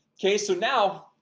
okay. so now